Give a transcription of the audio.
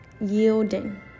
yielding